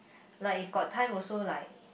like if got time also like